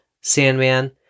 Sandman